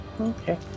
Okay